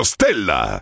Stella